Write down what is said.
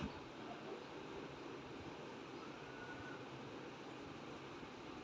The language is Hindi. गुड़ी पड़वा का त्यौहार महाराष्ट्र में बहुत धूमधाम से मनाया जाता है